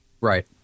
Right